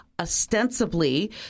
ostensibly